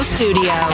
Studio